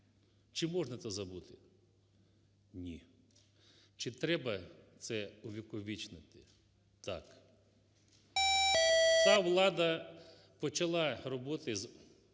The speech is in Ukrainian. Чи можна це забути? Ні. Чи треба це увіковічити? Так. Ця влада почала роботи з